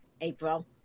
April